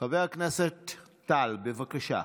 חבר הכנסת טל, בבקשה.